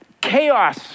Chaos